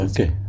Okay